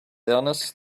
illnesses